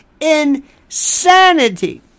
insanity